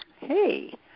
hey